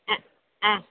அ ஆ